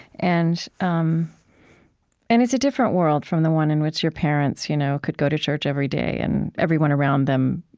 and um and it's a different world from the one in which your parents you know could go to church every day, and everyone around them,